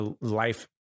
life